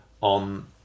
on